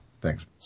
Thanks